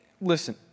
listen